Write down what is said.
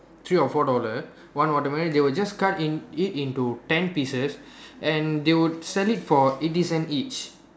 three or four dollar one watermelon they will just cut in it into ten pieces and they will sell it for eighty cent each